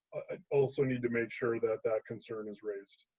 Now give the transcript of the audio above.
i also need to make sure that that concern is raised.